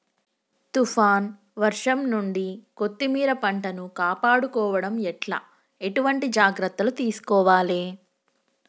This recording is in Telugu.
తుఫాన్ వర్షం నుండి కొత్తిమీర పంటను కాపాడుకోవడం ఎట్ల ఎటువంటి జాగ్రత్తలు తీసుకోవాలే?